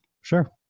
sure